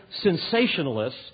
sensationalists